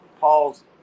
Paul's